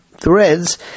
threads